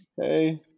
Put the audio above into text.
hey